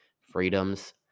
freedoms